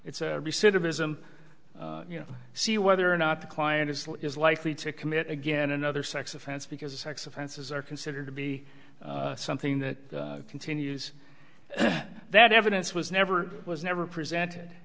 i'm you know see whether or not the client is likely to commit again another sex offense because the sex offenses are considered to be something that continues that evidence was never was never presented